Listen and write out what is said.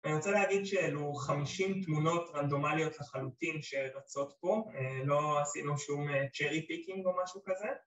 אני רוצה להגיד שאלו חמישים תמונות רנדומליות לחלוטין שרצות פה לא עשינו שום צ'רי פיקינג או משהו כזה